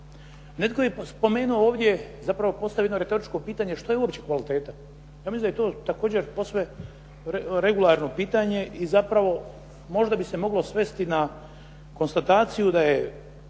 Netko je spomenuo ovdje, zapravo postavio retoričko pitanje, što je uopće kvaliteta? Ja mislim da je to također posve regularno pitanje i zapravo možda bi se moglo svesti na konstataciju da se